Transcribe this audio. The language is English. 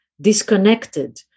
disconnected